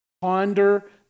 Ponder